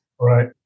right